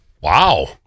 Wow